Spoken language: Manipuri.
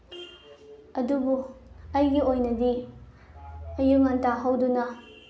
ꯑꯗꯨꯕꯨ ꯑꯩꯒꯤ ꯑꯣꯏꯅꯗꯤ ꯑꯌꯨꯛ ꯉꯟꯇꯥ ꯍꯧꯗꯨꯅ